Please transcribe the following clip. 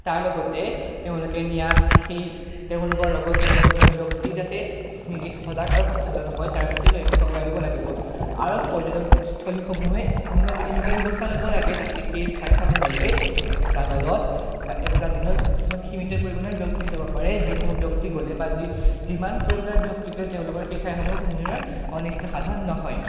তাৰ লগতে তেওঁলোকে নিয়া সেই তেওঁলোকৰ লগত যোৱা প্ৰতিজন ব্যক্তি যাতে নিজে সজাগ আৰু সচেতন হয় তাৰ প্ৰতি লক্ষ্য কৰাই দিব লাগিব আৰু পৰ্যটকস্থলীসমূহে এনে এনেকুৱা ব্যৱস্থা ল'ব লাগে যাতে সেই ঠাইসমূহলৈ একোটা দলত বা একোটা দিনত কিছুমান সীমিত পৰিমাণৰ ব্যক্তি যাব পাৰে যিসমূহ ব্যক্তি গ'লে বা যি যিমান পৰিমাণৰ ব্যক্তি গ'লে তেওঁলোকৰ সেই ঠাইসমূহৰ কোনো ধৰণৰ অনিষ্ট সাধন নহয়